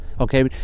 okay